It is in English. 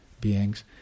beings